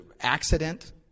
accident